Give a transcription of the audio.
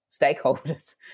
stakeholders